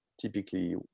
typically